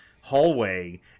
hallway